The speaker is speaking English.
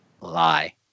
lie